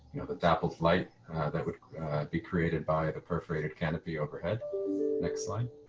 you know, the dappled light that would be created by the perforated canopy overhead next line.